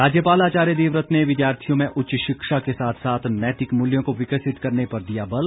राज्यपाल आचार्य देवव्रत ने विद्यार्थियों में उच्च शिक्षा के साथ साथ नैतिक मूल्यों को विकसित करने पर दिया बल